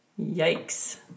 Yikes